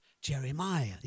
Jeremiah